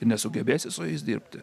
nesugebėsi su jais dirbti